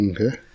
Okay